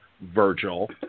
Virgil